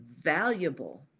valuable